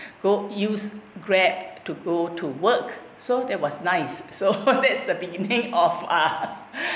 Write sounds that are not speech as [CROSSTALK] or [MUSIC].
go use grab to go to work so that was nice so [LAUGHS] thats the beginning of uh